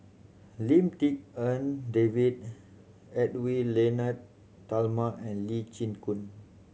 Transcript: Lim Tik En David Edwy Lyonet Talma and Lee Chin Koon